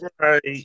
Right